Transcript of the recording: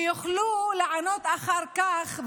ויוכלו לענות אחר כך,